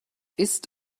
ist